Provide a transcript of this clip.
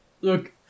Look